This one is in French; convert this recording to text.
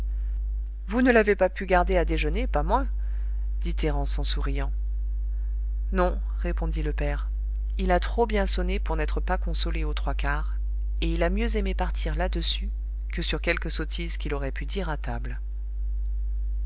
vous ne l'avez pas pu garder à déjeuner pas moins dit thérence en souriant non répondit le père il a trop bien sonné pour n'être pas consolé aux trois quarts et il a mieux aimé partir là-dessus que sur quelque sottise qu'il aurait pu dire à table